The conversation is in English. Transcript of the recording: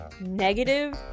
negative